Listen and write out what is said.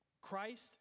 Christ